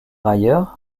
ailleurs